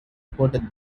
reported